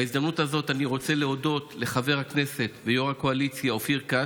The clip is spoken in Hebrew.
בהזדמנות הזאת אני רוצה להודות לחבר הכנסת ויו"ר הקואליציה אופיר כץ,